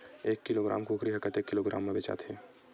एक किलोग्राम कुकरी ह कतेक किलोग्राम म बेचाथे?